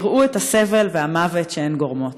תראו את הסבל והמוות שהן גורמות.